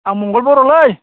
आं मंगलबारावलै